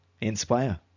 inspire